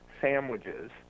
sandwiches